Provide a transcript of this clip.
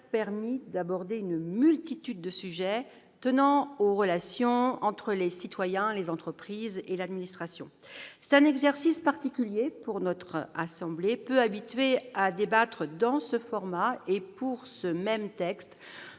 permis d'aborder une multitude de sujets tenant aux relations entre les citoyens, les entreprises et l'administration. C'est un exercice particulier pour notre assemblée, peu habituée à débattre, dans ce format et sur un même texte,